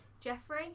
Jeffrey